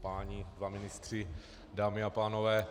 Páni dva ministři, dámy a pánové.